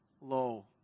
low